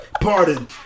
Pardon